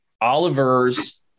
Oliver's